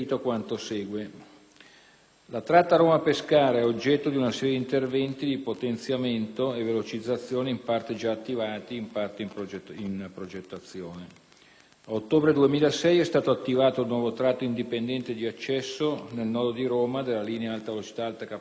La tratta Roma-Pescara è oggetto di una serie di interventi di potenziamento e velocizzazione in parte già attivati, in parte in progettazione. A ottobre 2006, è stato attivato il nuovo tratto indipendente di accesso nel nodo di Roma della linea Alta Velocità/Alta Capacità (AV/AC) Roma-Napoli